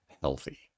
healthy